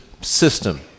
system